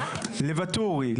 לוואטורי,